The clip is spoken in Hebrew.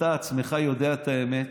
שאתה עצמך יודע את האמת.